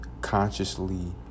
consciously